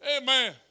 Amen